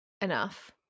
enough